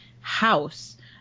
house